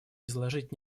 изложить